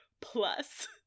plus